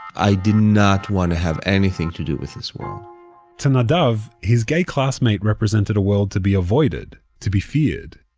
i did not want to have anything to do with this world to nadav, his gay classmate represented a world to be avoided. to be feared.